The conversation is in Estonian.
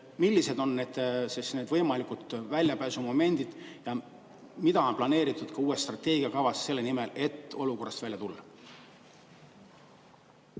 millised on need võimalikud väljapääsumomendid, mida on planeeritud rakendada uue strateegia kavas selle nimel, et olukorrast välja tulla?